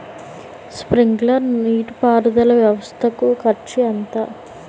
Sprinkler నీటిపారుదల వ్వవస్థ కు ఖర్చు ఎంత?